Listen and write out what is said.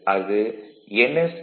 அது ns 120fP